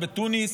בתוניס,